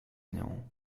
nią